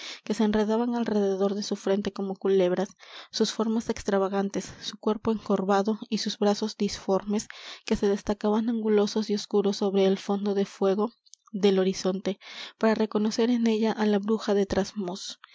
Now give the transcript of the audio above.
que se enredaban alrededor de su frente como culebras sus formas extravagantes su cuerpo encorvado y sus brazos disformes que se destacaban angulosos y oscuros sobre el fondo de fuego del horizonte para reconocer en ella á la bruja de